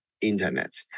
internet